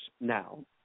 now